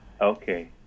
Okay